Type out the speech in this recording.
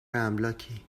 املاکی